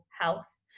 health